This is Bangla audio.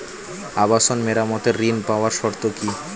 আবাসন মেরামতের ঋণ পাওয়ার শর্ত কি?